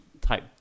type